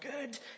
good